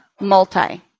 multi